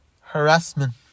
harassment